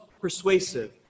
persuasive